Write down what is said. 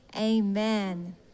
Amen